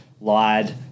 lied